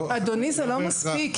אדוני, זה לא מספיק.